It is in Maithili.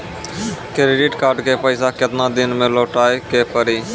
क्रेडिट कार्ड के पैसा केतना दिन मे लौटाए के पड़ी?